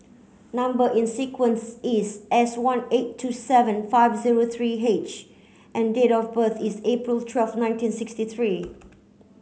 number in sequence is S one eight two seven five zero three H and date of birth is April twelve nineteen sixty three